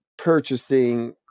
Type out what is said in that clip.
purchasing